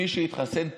מי שהתחסן פעמיים,